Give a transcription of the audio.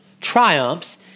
triumphs